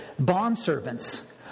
Bondservants